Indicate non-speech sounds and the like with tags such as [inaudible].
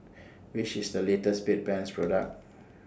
Which IS The latest Bedpans Product [noise]